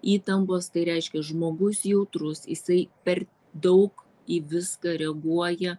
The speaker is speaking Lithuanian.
įtampos tai reiškia žmogus jautrus jisai per daug į viską reaguoja